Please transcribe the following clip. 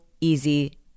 easy